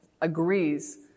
agrees